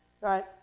right